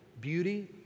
beauty